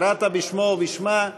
קראת בשמו או בשמה,